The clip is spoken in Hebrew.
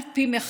על פי מחקרים,